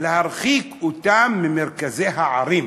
להרחיק אותם ממרכזי הערים.